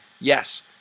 Yes